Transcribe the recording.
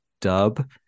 dub